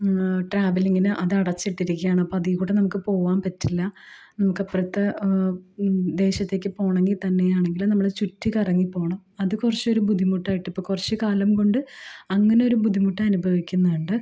ട്രാവലിംഗിന് അത് അടിച്ചിട്ടിരിക്കുകയാണ് അപ്പോൾ അതിൽക്കൂടെ നമുക്ക് പോവാൻ പറ്റില്ല നമുക്ക് അപ്പുറത്ത ദേശത്തേക്ക് പോവണമെങ്കിൽത്തന്നെ യാണെങ്കിലും നമ്മൾ ചുറ്റിക്കറങ്ങി പോവണം അത്റക ച്ചൊരു ബുദ്ധിമുട്ടായിട്ട് ഇപ്പോൾ കുറച്ച് കാലം കൊണ്ട് അങ്ങനെയൊരു ബുദ്ധിമുട്ട് അനുഭവിക്കുന്നുണ്ട്